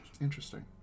Interesting